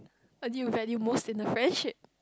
what do you value most in the friendship